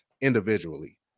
individually